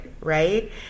right